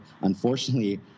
unfortunately